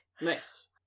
Nice